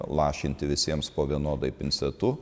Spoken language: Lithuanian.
lašinti visiems po vienodai pincetu